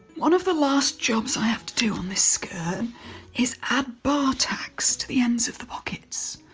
one of the last jobs i have to do on this skirt is add bar tacks to the ends of the pockets.